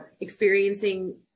experiencing